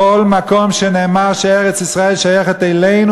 כל מקום שנאמר שארץ-ישראל שייכת לנו,